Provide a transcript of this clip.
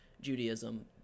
Judaism